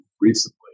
recently